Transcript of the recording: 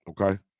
okay